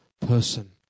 person